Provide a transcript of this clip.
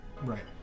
Right